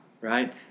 right